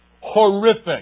horrific